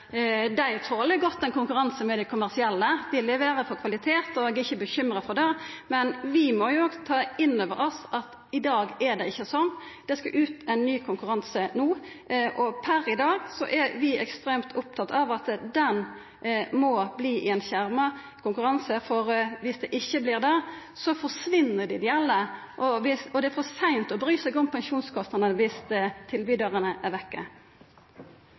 dei hadde tolt godt ein konkurranse med dei kommersielle. Dei leverer kvalitet, og eg er ikkje bekymra for det. Men vi må òg ta inn over oss at det i dag ikkje er sånn. Det skal lysast ut ein ny konkurranse no, og per i dag er vi ekstremt opptatt av at det må verta ein skjerma konkurranse. For viss det ikkje vert det, forsvinn dei ideelle, og det er for seint å bry seg om pensjonskostnadene viss tilbydarane er